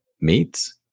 meats